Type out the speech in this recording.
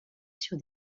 sur